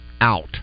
Out